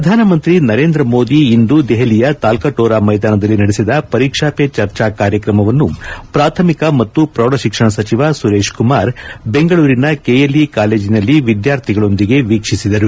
ಪ್ರಧಾನಮಂತ್ರಿ ನರೇಂದ್ರ ಮೋದಿ ಇಂದು ದೆಹಲಿಯ ತಾಲ್ಕಟೋರಾ ಮೈದಾನದಲ್ಲಿ ನಡೆಸಿದ ಪರೀಕ್ಷಾ ಪೇ ಚರ್ಚಾ ಕಾರ್ಯಕ್ರಮವನ್ನು ಪ್ರಾಥಮಿಕ ಮತ್ತು ಪ್ರೌಢ ಶಿಕ್ಷಣ ಸಚಿವ ಸುರೇಶ್ ಕುಮಾರ್ ಬೆಂಗಳೂರಿನ ಕೆಎಲ್ಇ ಕಾಲೇಜಿನಲ್ಲಿ ವಿದ್ಯಾರ್ಥಿಗಳೊಂದಿಗೆ ವೀಕ್ಷಿಸಿದರು